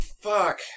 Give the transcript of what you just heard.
fuck